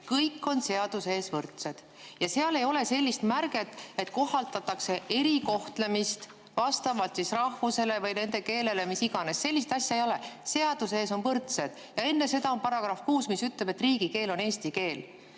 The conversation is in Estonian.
"Kõik on seaduse ees võrdsed." Ja seal ei ole sellist märget, et kohaldatakse erikohtlemist vastavalt rahvusele, keelele või mis iganes. Sellist asja ei ole. Seaduse ees on kõik võrdsed. Ja enne seda on § 6, mis ütleb, et riigikeel on eesti keel.